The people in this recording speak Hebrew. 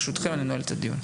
ברשותכם, אני נועל את הדיון.